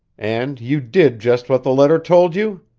and you did just what the letter told you?